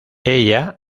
ella